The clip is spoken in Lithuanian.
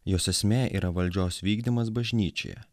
jos esmė yra valdžios vykdymas bažnyčioje